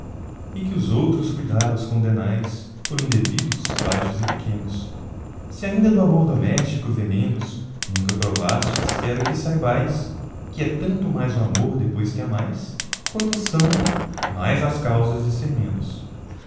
e que os outros cuidados condenais por indevidos baixos e pequenos se ainda do amor domésticos venenos nunca provastes quero que saibais que é tanto mais o amor despois que amais quanto são mais as causas de ser menos